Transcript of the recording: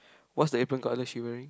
what is the apron colour she wearing